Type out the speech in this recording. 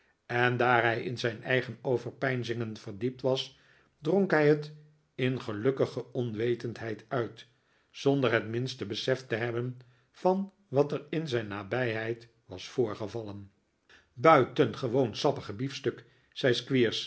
en daar hij in zijn eigen overpeinzingen verdiept was dronk hij het in gelukkige onwetendheid uit zonder het minste besef te hebben van wat er in zijn nabijheid was voorgevallen buitengewoon sappige biefstuk zei